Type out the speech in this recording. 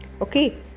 okay